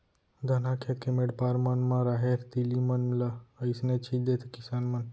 धनहा खेत के मेढ़ पार मन म राहेर, तिली मन ल अइसने छीन देथे किसान मन